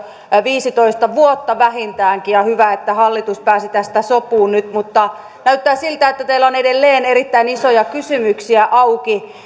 viisitoista vuotta vähintäänkin hyvä että hallitus pääsi tästä sopuun nyt mutta näyttää siltä että teillä on edelleen erittäin isoja kysymyksiä auki